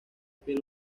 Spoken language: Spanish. piel